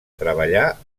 treballar